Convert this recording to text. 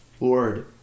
Lord